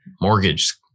mortgage